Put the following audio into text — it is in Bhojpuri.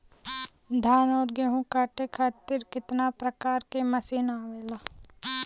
धान और गेहूँ कांटे खातीर कितना प्रकार के मशीन आवेला?